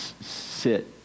sit